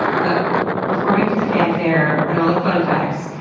but before we get to the fanfare and the fun facts,